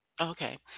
Okay